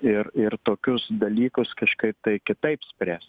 ir ir tokius dalykus kažkaip tai kitaip spręst